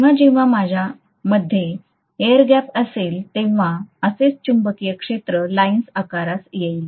जेव्हा जेव्हा माझ्यामध्ये एअर गॅप असेल तेव्हा असेच चुंबकीय क्षेत्र लाइन्स आकारास येईल